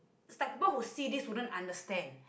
is like people who see this wouldn't understand